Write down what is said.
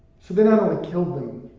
so they not only killed them,